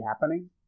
happening